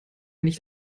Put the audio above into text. nicht